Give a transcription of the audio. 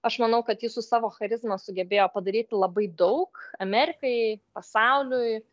aš manau kad ji su savo charizma sugebėjo padaryti labai daug amerikai pasauliui